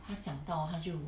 她想到她就